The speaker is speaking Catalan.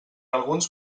alguns